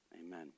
amen